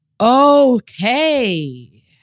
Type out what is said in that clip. Okay